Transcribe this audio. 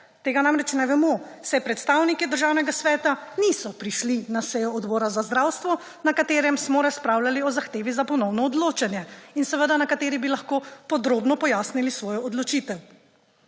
Tega namreč ne vemo, saj predstavniki Državnega sveta niso prišli na sejo Odbora za zdravstvo, na katerem smo razpravljali o zahtevi za ponovno odločanje in seveda, na kateri bi lahko podrobno pojasnili svojo odločitev.